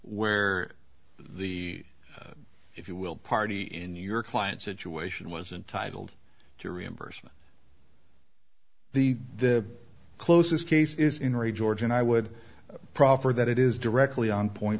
where the if you will party in your client's situation was entitled to reimbursement the the closest case is in re george and i would proffer that it is directly on point